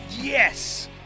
yes